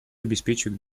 обеспечивает